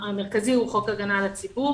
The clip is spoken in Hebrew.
המרכזי הוא חוק הגנה על הציבור